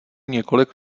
několik